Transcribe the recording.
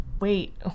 wait